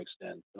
extent